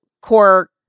core